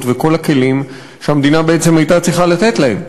וכל הכלים שהמדינה הייתה צריכה לתת להם.